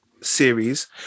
series